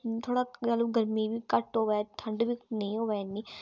थोड़ा गलू गर्मी बी घट्ट होऐ ठंड बी नेईं होऐ इन्नी